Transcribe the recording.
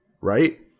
Right